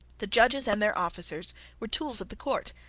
the judges and their officers were tools of the court.